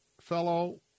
fellow